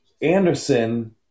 anderson